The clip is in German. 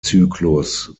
zyklus